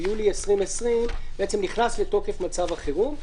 ביולי 2020 נכנס לתוקף מצב החירום,